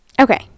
okay